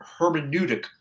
hermeneutic